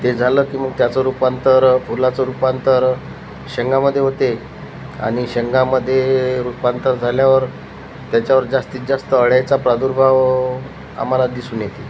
ते झालं की मग त्याचं रूपांतर फुलाचं रूपांतर शेंगामध्ये होते आणि शेंगामध्ये रूपांतर झाल्यावर त्याच्यावर जास्तीत जास्त अळ्यांचा प्रादुर्भाव आम्हाला दिसून येते